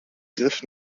griff